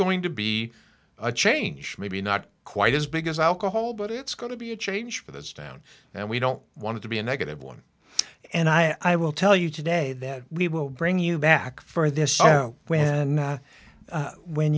going to be a change maybe not quite as big as alcohol but it's going to be a change for this town and we don't want to be a negative one and i will tell you today that we will bring you back for this i know when and when